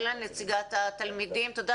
תודה